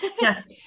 yes